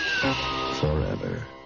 forever